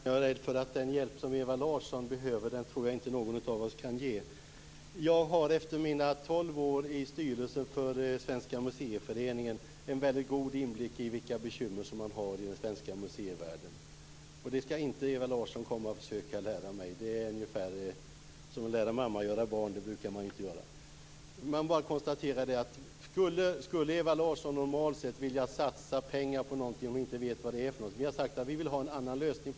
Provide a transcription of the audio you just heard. Fru talman! Jag är rädd för att den hjälp Ewa Larsson behöver kan inte någon av oss ge. Jag har efter mina tolv år i styrelsen för Svenska museiföreningen en god inblick i vilka bekymmer man har i den svenska museivärlden. Det skall inte Ewa Larsson försöka lära mig. Det är ungefär som att lära mamma göra barn. Skulle Ewa Larsson normalt sett vilja satsa pengar på något hon inte vet vad det är? Vi har sagt att vi vill ha en annan lösning.